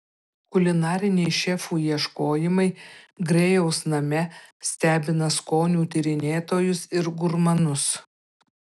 kulinariniai šefų ieškojimai grėjaus name stebina skonių tyrinėtojus ir gurmanus